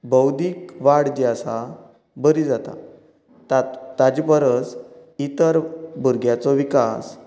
बौधीक वाड जी आसा बरी जाता ताज ताजे परस इतर भुरग्याचो विकास